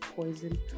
poison